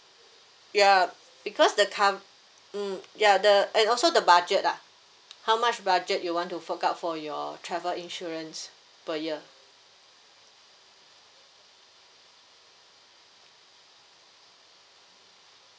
ya because the cov~ mm ya the and also the budget lah how much budget you want to fork out for your travel insurance per year